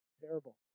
Terrible